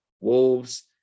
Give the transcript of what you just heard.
Wolves